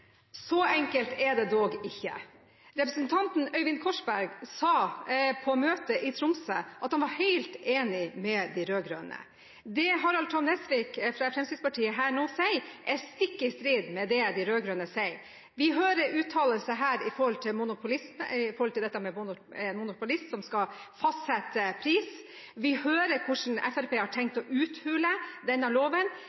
Så enkelt er det dog ikke. Representanten Øyvind Korsberg sa på møtet i Tromsø at han var helt enig med de rød-grønne. Det Harald T. Nesvik fra Fremskrittspartiet nå sier, er stikk i strid med det de rød-grønne sier. Vi hører her uttalelser om en monopolist som skal fastsette pris. Vi hører hvordan Fremskrittspartiet har tenkt